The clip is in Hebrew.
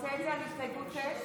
רוצה את זה על הסתייגות 6?